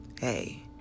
hey